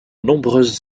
nombreuses